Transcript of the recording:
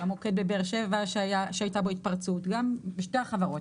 היה מוקד בבאר שבע שהייתה בו התפרצות בשתי החברות.